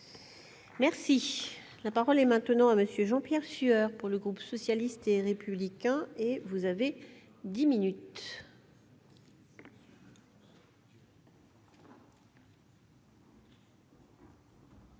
Merci, la parole est maintenant à monsieur Jean-Pierre Sueur pour le groupe socialiste et républicain et vous avez 10 minutes.